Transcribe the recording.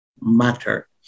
matter